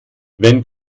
wenn